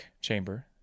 Chamber